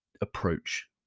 approach